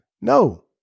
No